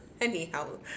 anyhow